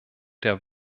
der